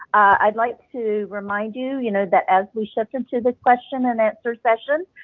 i'd like to remind you you know that as we shift into this question and answer session,